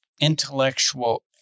intellectual